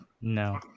No